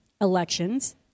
elections